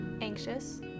Anxious